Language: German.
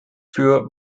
für